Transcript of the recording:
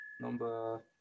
number